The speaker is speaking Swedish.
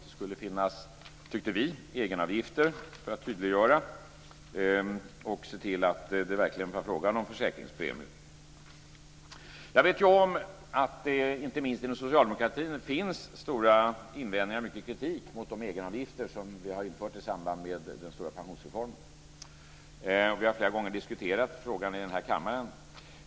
Det skulle, tyckte vi, finnas egenavgifter för att tydliggöra och se till att det verkligen är fråga om försäkringspremier. Jag vet ju om att det inte minst inom socialdemokratin finns stora invändningar och mycket kritik mot de egenavgifter som vi har infört i samband med den stora pensionsreformen. Vi har flera gånger diskuterat frågan i den här kammaren.